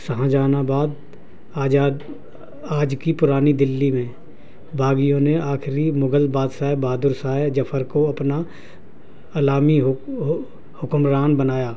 شاہ جہان آباد آجاد آج کی پرانی دلی میں باغیوں نے آخری مغل باداشہ بہادرشاہ ظفر کو اپنا علامتی حکمران بنایا